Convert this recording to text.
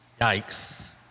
yikes